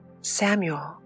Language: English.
Samuel